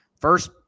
first